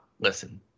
Listen